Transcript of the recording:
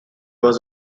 was